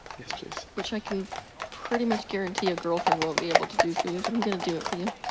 yes please. t which i can pretty much guarantee a girlfriend won't be able to do for you, but i'm gonna do it for you.